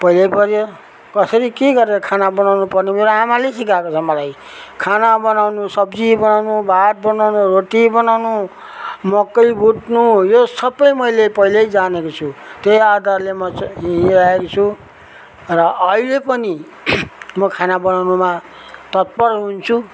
पहिल्यै पऱ्यो कसरी के गरेर खाना बनाउनु पर्ने मेरो आमाले सिकाएको छ मलाई खाना बनाउनु सब्जी बनाउनु भात बनाउनु रोटी बनाउनु मकै भुट्नु यो सबै मैले पहिल्यै जानेको छु त्यही आधारले म चाहिँ हिँडिराखेको छु र अहिले पनि म खाना बनाउनुमा तत्पर हुन्छु